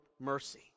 mercy